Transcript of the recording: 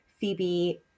Phoebe